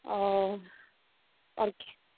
औ और खी